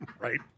Right